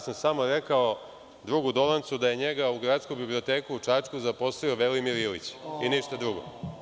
Samo sam rekao drugu Dolancu da je njega u Grasku biblioteku u Čačku zaposlio Velimir Ilić i ništa drugo.